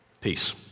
peace